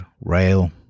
rail